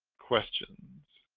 questions